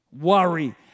worry